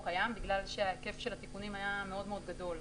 קיים בגלל שהיקף התיקונים היה מאוד מאוד גדול.